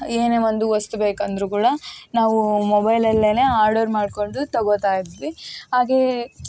ಏನೇ ಒಂದು ವಸ್ತು ಬೇಕೆಂದರೂ ಕೂಡ ನಾವು ಮೊಬೈಲಲ್ಲೇ ಆರ್ಡರ್ ಮಾಡ್ಕೊಂಡು ತಗೋತಾಯಿದ್ವಿ ಹಾಗೆ